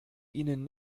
ihnen